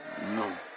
no